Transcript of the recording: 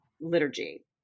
liturgy